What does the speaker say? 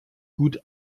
gut